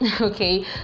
okay